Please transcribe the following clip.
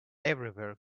everywhere